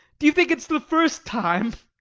do you think it's the first time?